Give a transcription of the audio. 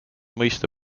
mõista